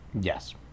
Yes